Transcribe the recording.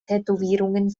tätowierungen